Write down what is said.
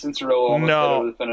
no